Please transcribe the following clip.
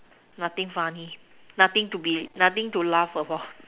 nothing funny nothing to be nothing to laugh about